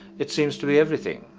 it seems to be everything,